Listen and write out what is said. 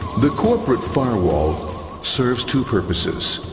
the corporate firewall serves two purposes.